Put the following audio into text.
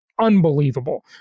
unbelievable